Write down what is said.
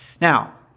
Now